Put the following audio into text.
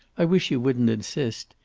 i wish you wouldn't insist.